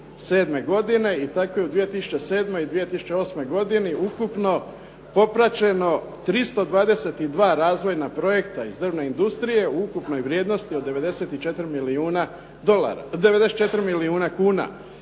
i tako je u 2007. i 2008. godini ukupno popraćeno 322 razvojna projekta iz drvne industrije u ukupnoj vrijednosti od 94 milijuna kuna.